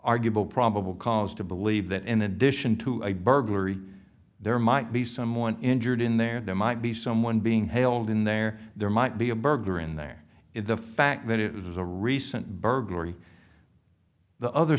arguable probable cause to believe that in addition to a burglary there might be someone injured in there and there might be someone being held in there there might be a burglar in there in the fact that it is a recent burglary the other